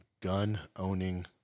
gun-owning